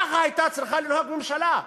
ככה הייתה צריכה לנהוג ממשלה,